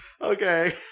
Okay